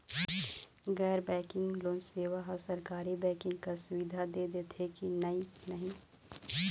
गैर banking loan सेवा हा सरकारी बैंकिंग कस सुविधा दे देथे कि नई नहीं?